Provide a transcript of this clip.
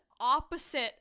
opposite